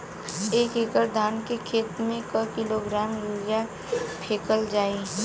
एक एकड़ धान के खेत में क किलोग्राम यूरिया फैकल जाई?